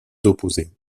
opposées